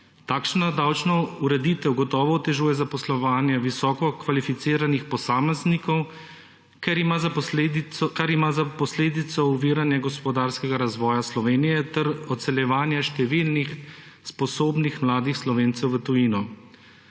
Takšna davčna ureditev gotovo otežuje zaposlovanje visokokvalificiranih posameznikov, kar ima za posledico oviranje gospodarskega razvoja Slovenije ter odseljevanje številnih sposobnih mladih Slovencev v tujino.